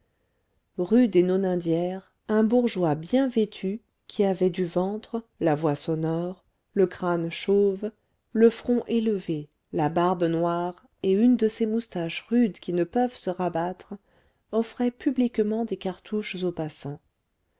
rue des nonaindières un bourgeois bien vêtu qui avait du ventre la voix sonore le crâne chauve le front élevé la barbe noire et une de ces moustaches rudes qui ne peuvent se rabattre offrait publiquement des cartouches aux passants